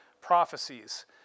prophecies